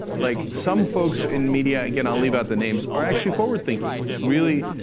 like some folks in media again, i'll leave out the names are actually forward thinking. really.